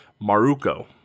Maruko